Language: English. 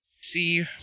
see